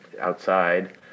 outside